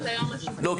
לא,